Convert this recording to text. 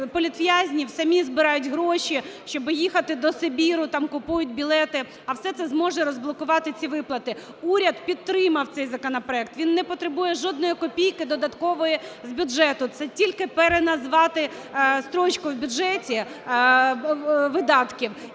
політв'язнів самі збирають гроші, щоби їхати до Сибіру, там купують білети. А все це зможе розблокувати ці виплати. Уряд підтримав цей законопроект. Він не потребує жодної копійки додаткової з бюджету, це тільки переназвати строчку в бюджеті видатків,